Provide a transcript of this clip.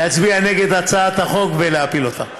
להצביע נגד הצעת החוק ולהפיל אותה.